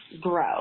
grow